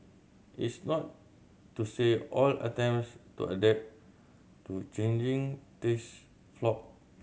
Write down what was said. it's not to say all attempts to adapt to changing taste flopped